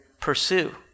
pursue